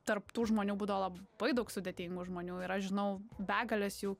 tarp tų žmonių būdavo labai daug sudėtingų žmonių ir aš žinau begales jų